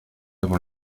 avant